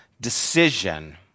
decision